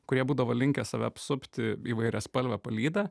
kurie būdavo linkę save apsupti įvairiaspalve palyda